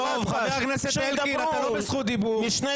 זאב אלקין, אתה לא בזכות דיבור.